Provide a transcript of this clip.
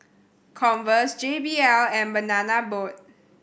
Converse J B L and Banana Boat